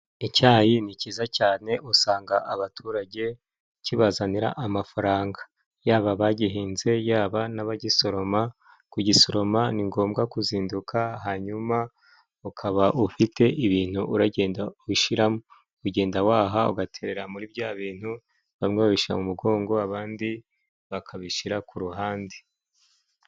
Icyayi ni cyiza cyane; usanga abaturage kibazanira amafaranga, yaba abagihinze, yaba n'abagisoroma. Kugisoroma ni ngombwa kuzinduka, hanyuma ukaba ufite ibintu uragenda ushiramo, ugenda waha, ugaterera muri bya bintu. Bamwe babishira mu mugongo, abandi bakabishira ku ruhande.